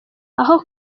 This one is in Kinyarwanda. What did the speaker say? aho